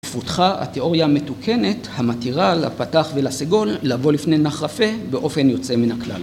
פותחה התיאוריה המתוקנת המתירה לפתח ולסגול לבוא לפני נחרפה באופן יוצא מן הכלל.